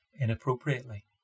inappropriately